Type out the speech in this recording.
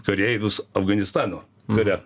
kareivius afganistano kare